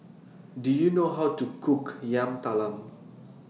Do YOU know How to Cook Yam Talam